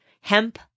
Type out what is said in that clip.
hemp